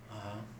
(uh huh)